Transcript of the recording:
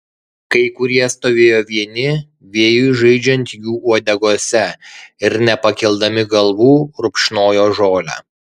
kai kurie stovėjo vieni vėjui žaidžiant jų uodegose ir nepakeldami galvų rupšnojo žolę